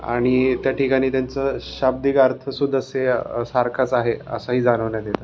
आणि त्या ठिकाणी त्यांचं शाब्दिक अर्थसुद्धा असे सारखाच आहे असाही जाणवण्यात येतं